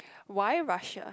why Russia